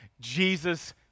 Jesus